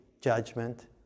judgment